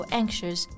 anxious